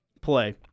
play